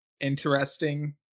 interesting